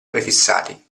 prefissati